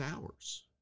hours